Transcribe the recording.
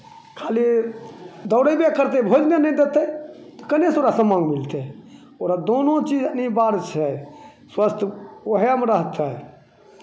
खाली दौड़यबे करतै भोजने नहि देतै केन्नऽसँ ओकरा समाङ्ग मिलतै ओकरा दुनू चीज अनिवार्य छै स्वस्थ उएहमे रहतै